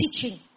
teaching